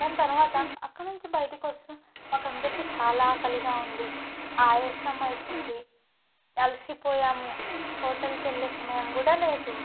దాని తర్వాత అక్కడ నుంచి బయటి వస్తే మాకందరికీ చాలా ఆకలిగా ఉంది ఆయాసం అవుతోంది అలిసిపోయాము హోటల్కి వెళ్ళే సమయం కూడా లేదు